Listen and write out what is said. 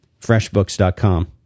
FreshBooks.com